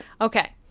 okay